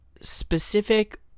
specific